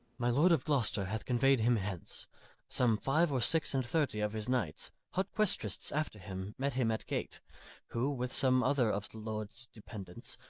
my lord of gloster hath convey'd him hence some five or six and thirty of his knights, hot questrists after him, met him at gate who, with some other of the lord's dependants,